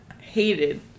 Hated